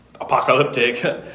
apocalyptic